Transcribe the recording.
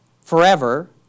forever